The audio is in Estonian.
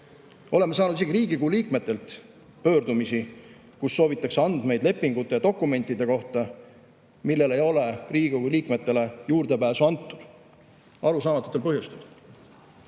Oleme saanud isegi Riigikogu liikmetelt pöördumisi, kus soovitakse andmeid lepingute ja dokumentide kohta, millele ei ole Riigikogu liikmetele juurdepääsu antud. [Arusaamatutel] põhjustel.